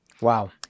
Wow